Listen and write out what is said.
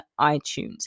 iTunes